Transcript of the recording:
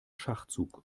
schachzug